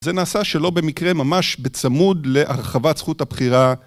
זה נעשה שלא במקרה ממש בצמוד להרחבת זכות הבחירה